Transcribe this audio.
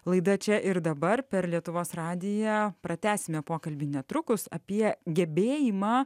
laida čia ir dabar per lietuvos radiją pratęsime pokalbį netrukus apie gebėjimą